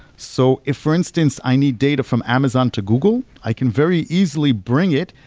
so if for instance, i need data from amazon to google, i can very easily bring it.